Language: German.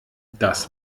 das